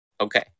Okay